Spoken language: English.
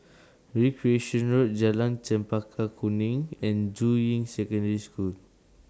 Recreation Road Jalan Chempaka Kuning and Juying Secondary School